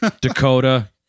Dakota